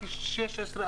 רק 16%